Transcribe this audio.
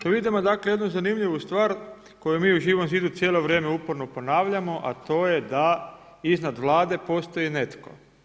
Tu vidimo jednu zanimljivu stvar koji mi u Živom zidu cijelo vrijeme uporno ponavljamo, a to je da iznad Vlade postoji netko.